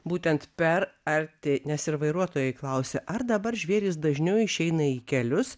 būtent per arti nes ir vairuotojai klausia ar dabar žvėrys dažniau išeina į kelius